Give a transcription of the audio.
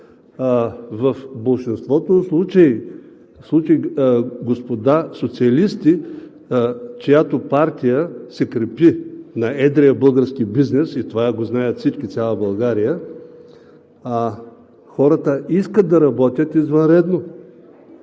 в болшинството случаи, господа социалисти, чиято партия се крепи на едрия български бизнес – това го знаят всички, цяла България, хората искат да работят извънредно.